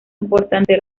importante